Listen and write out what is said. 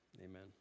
Amen